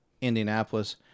indianapolis